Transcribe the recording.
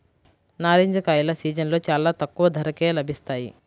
నారింజ కాయల సీజన్లో చాలా తక్కువ ధరకే లభిస్తాయి